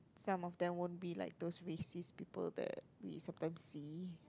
some of them won't be like those racist people that we sometimes see